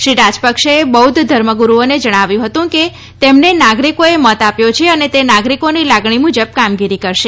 શ્રી રાજપક્ષેએ બૌદ્ધ ધર્મગુરૂઓને જણાવ્યું હતું કે તેમને નાગરીકોએ મત આપ્યો છે અને તે નાગરીકોની લાગણી મુજબ કામગીરી કરશે